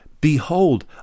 Behold